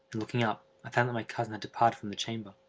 looking up, i found that my cousin had departed from the chamber.